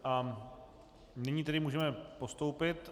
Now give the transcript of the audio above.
A nyní tedy můžeme postoupit.